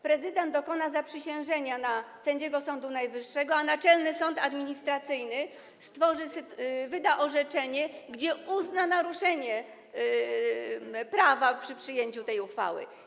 Prezydent dokona zaprzysiężenia na sędziego Sądu Najwyższego, a Naczelny Sąd Administracyjny wyda orzeczenie, w którym uzna naruszenie prawa przy przyjęciu tej uchwały.